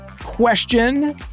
question